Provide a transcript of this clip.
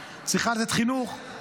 צריכה לתת חינוך,